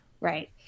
Right